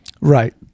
Right